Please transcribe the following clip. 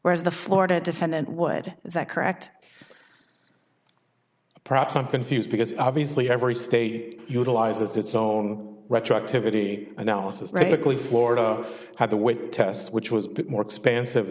whereas the florida defendant would is that correct perhaps i'm confused because obviously every state utilizes its own retroactivity analysis radically florida had the will test which was more expansive